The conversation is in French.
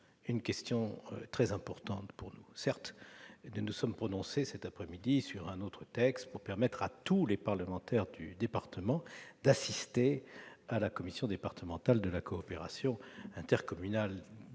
une question très importante. Nous nous sommes prononcés cet après-midi sur une autre proposition de loi visant à permettre à tous les parlementaires du département d'assister à la commission départementale de la coopération intercommunale.